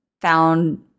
found